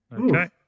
Okay